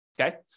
okay